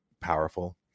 powerful